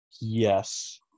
Yes